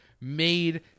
made